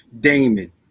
damon